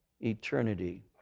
eternity